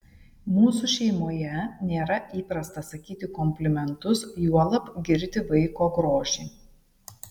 mūsų šeimoje nėra įprasta sakyti komplimentus juolab girti vaiko grožį